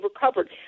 recovered